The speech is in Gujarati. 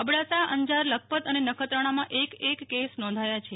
અબડાસાઅંજાર લખપત અને નખત્રાણામાં એક એક કેસ નોંધાયા છે